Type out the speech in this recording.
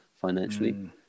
financially